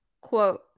quote